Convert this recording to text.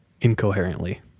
incoherently